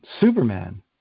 Superman